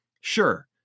sure